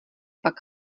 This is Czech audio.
pak